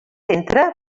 centre